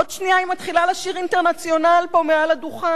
עוד שנייה היא מתחילה לשיר את ה"אינטרנציונל" פה על הדוכן.